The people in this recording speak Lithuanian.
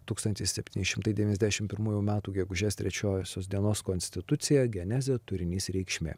tūkstantis septyni šimtai devyniasdešimt pirmųjų metų gegužės trečiosios dienos konstitucija genezė turinys reikšmė